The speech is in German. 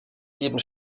eben